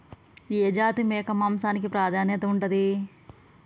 ఏ జాతి మేక మాంసానికి ప్రాధాన్యత ఉంటది?